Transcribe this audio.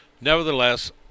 Nevertheless